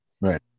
right